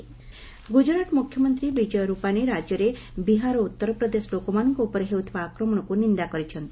add Gujarat ଡିଟେନ୍ଡ୍ ଗୁଜରାଟ୍ ମୁଖ୍ୟମନ୍ତ୍ରୀ ବିଜୟ ରୂପାନୀ ରାଜ୍ୟରେ ବିହାର ଓ ଉତ୍ତର ପ୍ରଦେଶ ଲୋକମାନଙ୍କ ଉପରେ ହେଉଥିବା ଆକ୍ରମଣକୁ ନିନ୍ଦା କରିଛନ୍ତି